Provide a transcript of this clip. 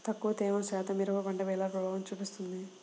తక్కువ తేమ శాతం మిరప పంటపై ఎలా ప్రభావం చూపిస్తుంది?